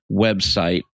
website